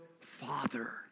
father